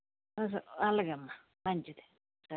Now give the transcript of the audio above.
అలాగేమ్మ మంచిది సరే